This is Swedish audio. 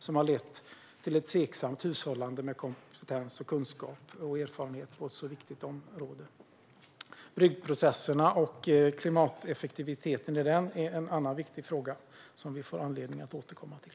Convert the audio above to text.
Detta har lett till ett tveksamt hushållande med kompetens, kunskap och erfarenhet på ett så viktigt område. Byggprocesserna och klimateffektiviteten i dem är en annan viktig fråga som vi får anledning att återkomma till.